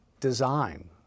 design